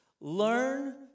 learn